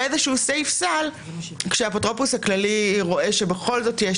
אז יש איזשהו סעיף סל כשהאפוטרופוס הכללי רואה שבכל זאת יש